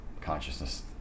consciousness